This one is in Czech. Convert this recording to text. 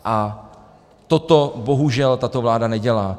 A toto bohužel tato vláda nedělá.